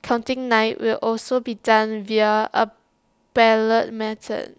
counting night will also be done via A ballot method